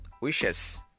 wishes